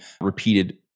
repeated